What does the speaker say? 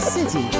City